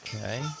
Okay